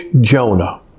Jonah